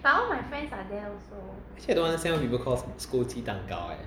actually I don't understand why people call why people scold 鸡蛋糕 eh